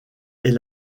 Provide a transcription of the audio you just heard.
est